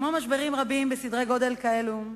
כמו משברים רבים בסדרי גודל כאלה,